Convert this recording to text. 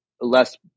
less